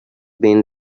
been